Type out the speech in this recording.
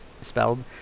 spelled